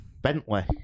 Bentley